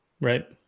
Right